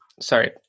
Sorry